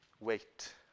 wait